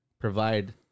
provide